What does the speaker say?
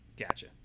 Gotcha